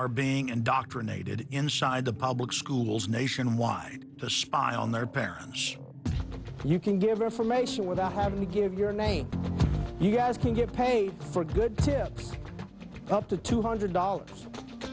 are being indoctrinated inside the public schools nationwide to spy on their parents you can give information without having to give your name you guys can get paid for good tips up to two hundred dollars